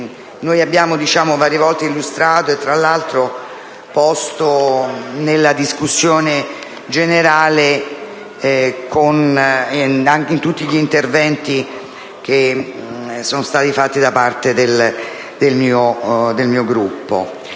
noi abbiamo varie volte illustrato, e tra l'altro posto nella discussione generale, in tutti gli interventi che sono stati fatti da parte del mio Gruppo.